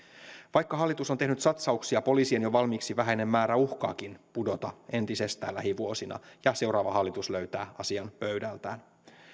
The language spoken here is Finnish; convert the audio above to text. vaikka hallitus on tehnyt satsauksia poliisien jo valmiiksi vähäinen määrä uhkaa pudota entisestään lähivuosina ja seuraava hallitus löytää asian pöydältään